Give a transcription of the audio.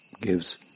gives